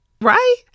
Right